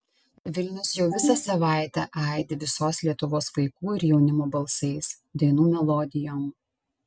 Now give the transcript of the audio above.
vilnius jau visą savaitę aidi visos lietuvos vaikų ir jaunimo balsais dainų melodijom